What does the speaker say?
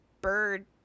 bird